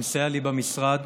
שמסייע לי במשרד,